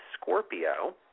Scorpio